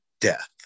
death